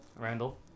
Randall